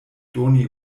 doni